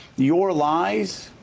your lies,